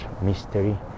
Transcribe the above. mystery